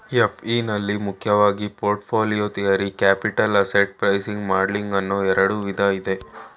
FE ನಲ್ಲಿ ಮುಖ್ಯವಾಗಿ portfolio theory, capital asset pricing modelling ಅನ್ನೋ ಎರಡು ವಿಧ ಇದೆ